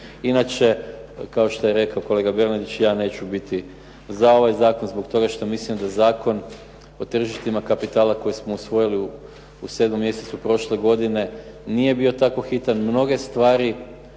Inače, kao što je rekao kolega Bernardić, ja neću biti za ovaj zakon zbog toga što mislim da Zakon o tržištima kapitala koji smo usvojili u 7. mjesecu prošle godine nije bio tako hitan,